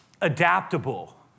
adaptable